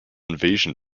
invasion